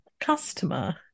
customer